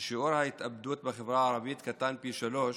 ששיעור ההתאבדות בחברה הערבית קטן פי שלושה